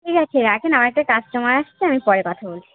ঠিক আছে রাখুন আমার একটা কাস্টমার আসছে আমি পরে কথা বলছি